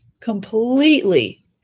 completely